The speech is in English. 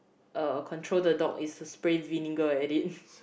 uh control the dog is to spray vinegar at it